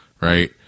right